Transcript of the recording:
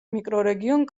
მიკრორეგიონ